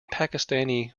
pakistani